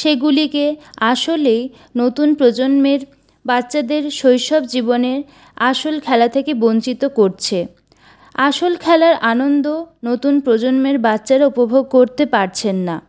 সেগুলিকে আসলে নতুন প্রজন্মের বাচ্চাদের শৈশব জীবনে আসল খেলা থেকে বঞ্চিত করছে আসল খেলার আনন্দ নতুন প্রজন্মের বাচ্চারা উপভোগ করতে পারছেন না